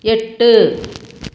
எட்டு